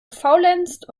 gefaulenzt